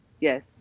yes